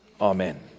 Amen